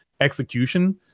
execution